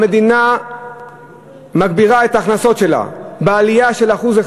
המדינה מגבירה את ההכנסות שלה, בעלייה של 1%,